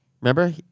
Remember